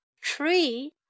tree